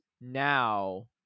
now